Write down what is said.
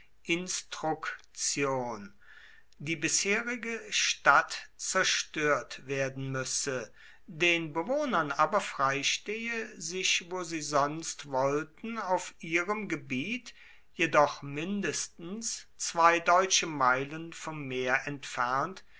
instruktion die bisherige stadt zerstört werden müsse den bewohnern aber freistehe sich wo sie sonst wollten auf ihrem gebiet jedoch mindestens zwei deutsche meilen vom meer entfernt